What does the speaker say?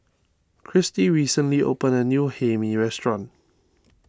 Christie recently opened a new Hae Mee restaurant